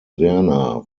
werner